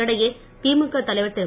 இதற்கிடையே திமுக தலைவர் திரு